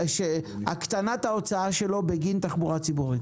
הקטנת ההוצאה שלו בגין תחבורה ציבורית?